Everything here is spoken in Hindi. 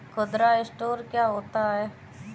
खुदरा स्टोर क्या होता है?